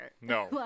No